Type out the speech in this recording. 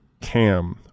CAM